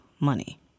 money